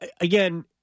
again